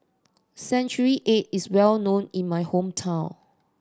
century egg is well known in my hometown